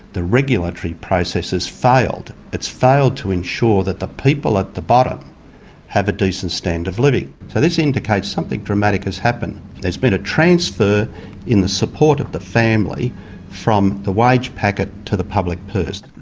the regulatory process has failed. it's failed to ensure that the people at the bottom have a decent standard of living. so this indicates something dramatic has happened. there's been a transfer in the support of the family from the wage packet to the public purse.